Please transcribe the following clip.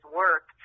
work